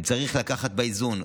צריך לקחת באיזון,